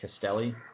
Castelli